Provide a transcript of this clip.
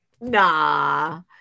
nah